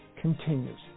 continues